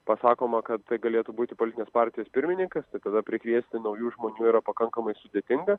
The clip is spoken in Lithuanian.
pasakoma kad tai galėtų būti politinės partijos pirmininkas tai tada prikviesti naujų žmonių yra pakankamai sudėtinga